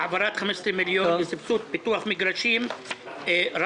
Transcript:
העברת 15 מיליון ש"ח לסבסוד פיתוח מגרשים ברהט,